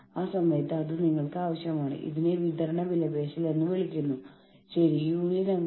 ഒരു സംഘടന എന്ന നിലയിൽ നമ്മളുടെ ജീവനക്കാരുടെ ക്ഷേമം ഉറപ്പാക്കാൻ നമ്മൾ പ്രതിജ്ഞാബദ്ധരാണ്